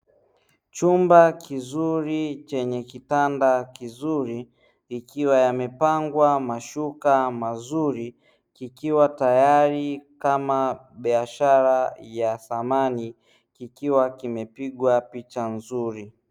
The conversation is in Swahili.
Chumba kizuri chenye kitanda kizuri ikiwa yamepangwa mashuka mazuri kikiwa tayari kama biashara ya samani kikiwa kimepigwa picha nzuri.